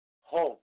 home